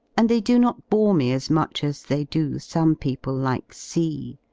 and they do not bore me as much as they do some people like c.